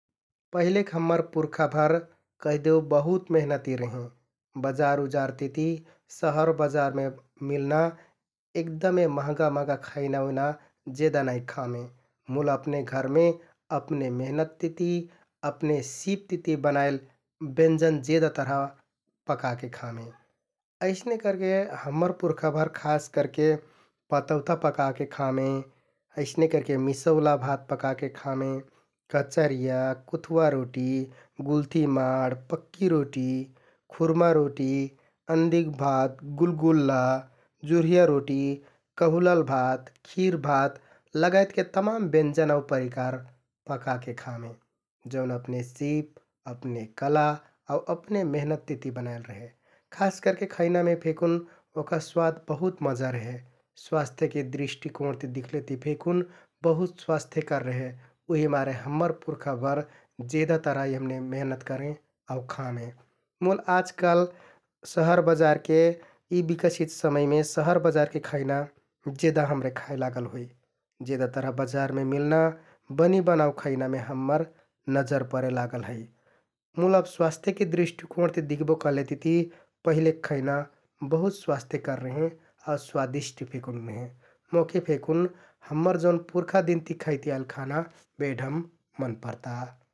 पहिलेक हम्मर पुर्खाभर कैहदेउ बहुत मेहनति रेहें । बजार उजार तिति शहर बजारमे मिलना एगदमे महँगा महँगा खैना उइना जेदा नाइ खामें मुल अपने घरमे, अपने मेहनततिति, अपने सिपतिति बनाइल ब्यन्जन जेदा तरह पकाके खामें । अइसने करके हम्मर पुर्खाभर खास करके पतौता पाके खामें, अइसने करके मिसौला भात पकाके खामें । कचरिया, कुँथ्वा रोटि, गुल्थि माड, पक्कि रोटि, खुर्मा रोटि, अन्दिक भात, गुल्गुल्ला, जुर्हिया रोटि, कहुलल भात, खिरभात लगायतके तमाम ब्यन्जन आउ परिकार पकाके खामें । जौन अपने सिप, अपने कला आउ अपने मेहनत तिति बनाइल रेहे । खास करके खैनामे फेकुन ओहका स्वाद बहुत मजा रेहे । स्वास्थ्यके दृष्‍टिकोणति दिख्ले ति फेकुन बहुत स्वास्थ्यकर रेहे उहिमारे हम्मर पुर्खाभर जेदा तरह यम्‍ने मेहनत करें आउ खामें । मुल आजकाल शहर बजारके यि बिकसित समयमे शहर बजारके खैना जेदा हमरे खाइ लागल होइ । जेदा तरह बजारमे मिल्ना बनि बनाउ खैनामे हम्मर नजर परे लागल है । मुल अब स्वास्थ्यके दृष्‍टिकोण तिति दिख्बो कहलेतिति पहिलेक खैना बहुत स्वास्थ्यकर रेहें आउ स्वादिष्ट फेकुन रेहें । मोहके फेकुन हम्मर जौन पुर्खादिनति खैति आइल खाना बेढम मन परता ।